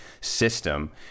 system